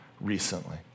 recently